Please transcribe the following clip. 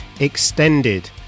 Extended